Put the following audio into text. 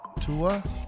Tua